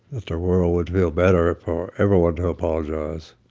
that the world would feel better for everyone to apologize.